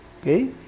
Okay